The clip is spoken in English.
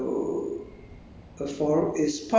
uh I think the 环境 is also like